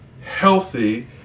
healthy